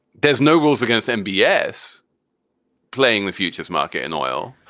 there's no rules against m b a s playing the futures market in oil.